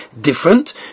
different